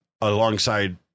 alongside